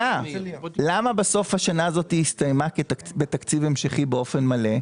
-- ולמה בסוף השנה הזאת הסתיימה בתקציב המשכי באופן מלא?